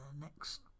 next